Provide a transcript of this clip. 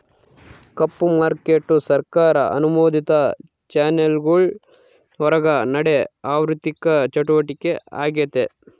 ಕಪ್ಪು market ಸರ್ಕಾರ ಅನುಮೋದಿತ ಚಾನೆಲ್ಗುಳ್ ಹೊರುಗ ನಡೇ ಆಋಥಿಕ ಚಟುವಟಿಕೆ ಆಗೆತೆ